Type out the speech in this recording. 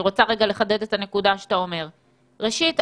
ראשית,